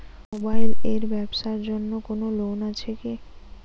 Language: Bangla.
মোবাইল এর ব্যাবসার জন্য কোন লোন আছে কি?